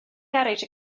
garej